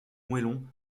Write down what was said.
moellon